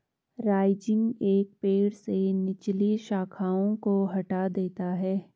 rising एक पेड़ से निचली शाखाओं को हटा देता है